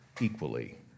equally